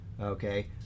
okay